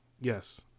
yes